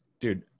dude